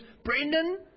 Brendan